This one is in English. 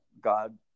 God